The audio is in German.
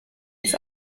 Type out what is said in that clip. ins